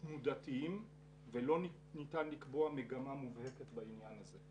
תנודתיים ולא ניתן לקבוע מגמה מובהקת בעניין הזה.